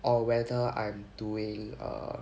or whether I'm doing err